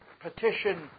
petition